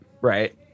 Right